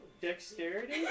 Dexterity